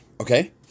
okay